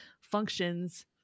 functions